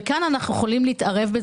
כאן אנחנו יכולים להתערב,